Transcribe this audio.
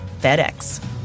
FedEx